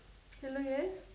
hello yes